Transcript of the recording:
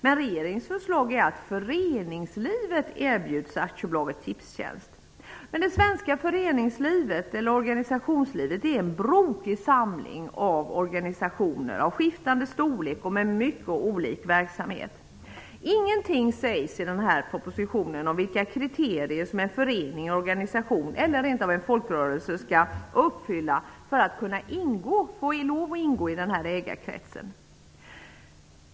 Men regeringens förslag är att föreningslivet erbjuds AB Tipstjänst. Men det svenska föreningslivet är en brokig samling av organisationer av skiftande storlek och med mycket olika verksamheten. Ingenting sägs i propositionen om vilka kriterierna är för att en organisation eller rent av en folkrörelse skall få ingå i ägarkretsen.